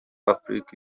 afurika